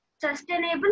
sustainable